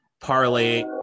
parlay